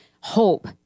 hope